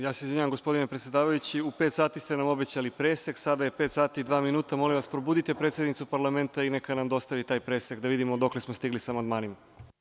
Ja se izvinjavam gospodine predsedavajući, u pet sati ste nam obećali presek, a sada je pet sati i dva minuta, pa molim vas probudite predsednicu parlamenta, neka nam dostavi taj presek da vidimo dokle smo stigli sa amandmanima.